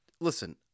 listen